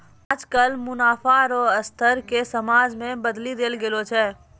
आजकल मुनाफा रो स्तर के समाज मे बदली देल गेलो छै